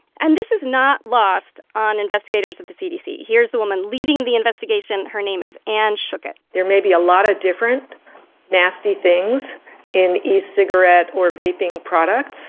and this is not lost on investigators at the cdc. here's the woman leading the investigation. her name is anne schuchat there may be a lot of different nasty things in e-cigarette or vaping products.